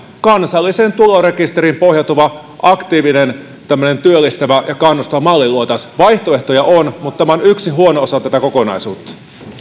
kansalliseen tulorekisteriin pohjautuva aktiivinen työllistävä ja kannustava malli vaihtoehtoja on mutta tämä on yksi huono osa tätä kokonaisuutta